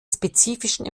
spezifischen